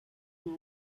una